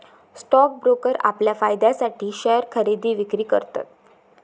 stock broker आपल्या फायद्यासाठी share खरेदी विक्री करतत